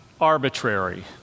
arbitrary